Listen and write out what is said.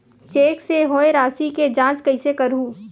Cheque से होए राशि के जांच कइसे करहु?